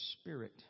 spirit